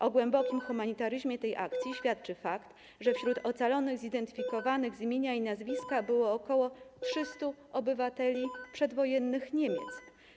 O głębokim humanitaryzmie tej akcji świadczy fakt, że wśród ocalonych zidentyfikowanych z imienia i nazwiska było około 300 obywateli przedwojennych Niemiec.